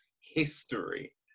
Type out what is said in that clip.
history